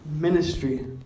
ministry